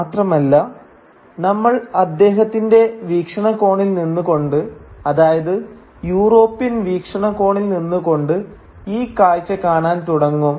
മാത്രമല്ല നമ്മൾ അദ്ദേഹത്തിന്റെ വീക്ഷണകോണിൽ നിന്നുകൊണ്ട് അതായത് യൂറോപ്പ്യൻ വീക്ഷണകോണിൽ നിന്നുകൊണ്ട് ഈ കാഴ്ച കാണാൻ തുടങ്ങും